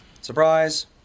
Surprise